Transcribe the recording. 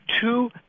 two